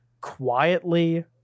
quietly